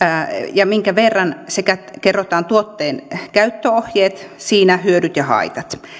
ja minkä verran sekä kerrotaan tuotteen käyttöohjeet siinä hyödyt ja haitat